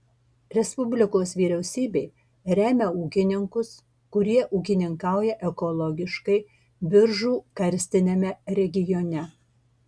respublikos vyriausybė remia ūkininkus kurie ūkininkauja ekologiškai biržų karstiniame regione